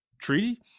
treaty